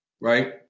right